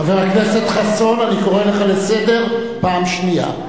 חבר הכנסת חסון, אני קורא לך לסדר פעם שנייה.